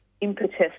impetus